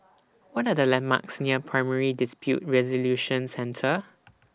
What Are The landmarks near Primary Dispute Resolution Centre